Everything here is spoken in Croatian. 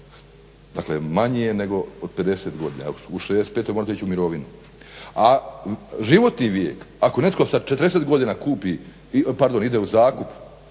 Manji je nego od 50 godina. U 65.možete ići u mirovinu. A životni vijek, ako netko sa 40 godina ide u zakup